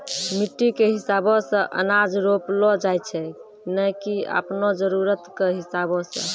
मिट्टी कॅ हिसाबो सॅ अनाज रोपलो जाय छै नै की आपनो जरुरत कॅ हिसाबो सॅ